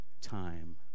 time